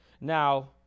Now